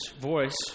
voice